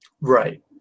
Right